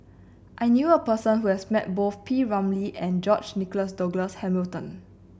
I knew a person who has met both P Ramlee and George Nigel Douglas Hamilton